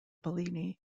bellini